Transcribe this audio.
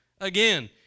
again